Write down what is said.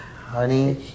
Honey